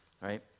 right